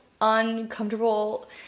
uncomfortable